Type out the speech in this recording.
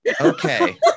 Okay